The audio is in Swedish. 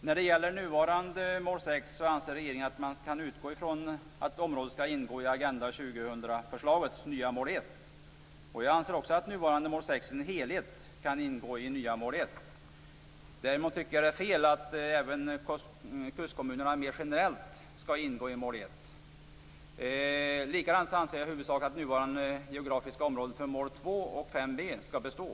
När det gäller nuvarande mål 6 anser regeringen att man kan utgå ifrån att området skall ingå i Agenda 2000-förslagets nya mål 1. Jag anser också att nuvarande mål 6 i dess helhet skall ingå i det nya mål 1. Däremot tycket jag att det är fel att även kustkommunerna mer generellt skall ingå i mål 1. Likadant anser jag i huvudsak att nuvarande geografiska områden för mål 2 och 5b skall bestå.